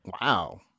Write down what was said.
Wow